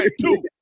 two